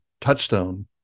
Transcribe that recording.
touchstone